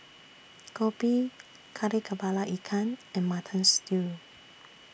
Kopi Kari Kepala Ikan and Mutton Stew